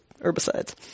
herbicides